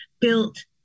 built